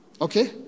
Okay